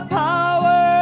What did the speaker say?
power